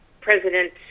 President